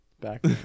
back